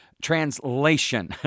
translation